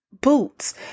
boots